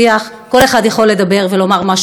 כל אחד יכול לדבר ולומר מה שהוא רוצה.